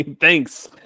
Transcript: Thanks